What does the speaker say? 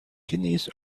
kidneys